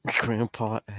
Grandpa